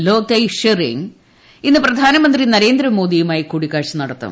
ലോതേയ് ഷെറിങ് ഇന്ന് പ്രധാനമന്ത്രി നരേന്ദ്രമോദ്ധ്യുമായി കൂടിക്കാഴ്ച നടത്തും